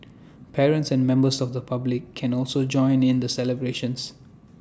parents and members of the public can also join in the celebrations